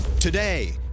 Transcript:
Today